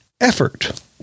effort